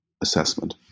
assessment